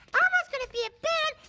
elmo's gonna be a band